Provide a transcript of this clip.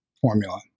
formula